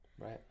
Right